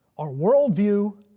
our world view,